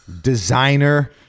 designer